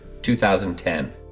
2010